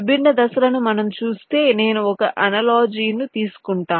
విభిన్న దశలను మనం చూస్తే నేను ఒక అనాలోగి ను తీసుకుంటా